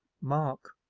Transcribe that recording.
mark,